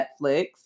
Netflix